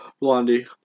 Blondie